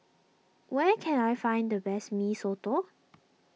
where can I find the best Mee Soto